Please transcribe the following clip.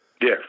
Yes